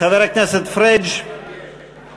אין מתנגדים, אין נמנעים.